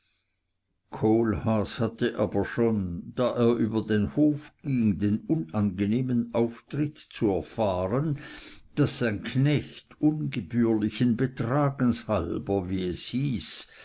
kohlhaas hatte aber schon da er über den hof ging den unangenehmen auftritt zu erfahren daß sein knecht ungebührlichen betragens halber wie es hieß